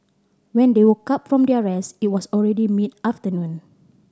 when they woke up from their rest it was already mid afternoon